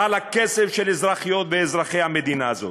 על הכסף של אזרחיות ואזרחי המדינה הזאת.